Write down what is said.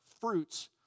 fruits